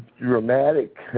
dramatic